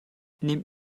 nehmt